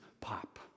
pop